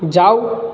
જાવ